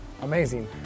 amazing